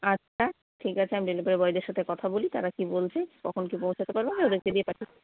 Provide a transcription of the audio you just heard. আচ্ছা ঠিক আছে আমি ডেলিভারি বয়দের সাথে কথা বলি তারা কী বলছে কখন কী পৌঁছাতে পারবে আমি ওদেরকে দিয়ে পাঠিয়ে